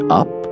up